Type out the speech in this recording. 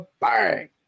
bang